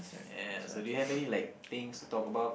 ya so do you have any like things to talk about